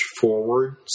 forward